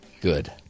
Good